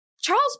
Charles